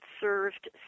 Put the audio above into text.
served